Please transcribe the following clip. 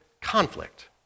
conflict